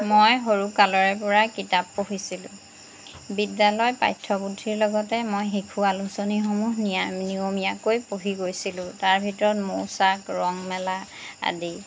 মই সৰুকালৰে পৰাই কিতাপ পঢ়িছিলোঁ বিদ্যালয়ত পাঠ্যপুথিৰ লগতে মই শিশু আলোচনীসমূহ নিয়া নিয়মীয়াকৈ পঢ়ি গৈছিলোঁ তাৰ ভিতৰত মৌচাক ৰংমেলা আদি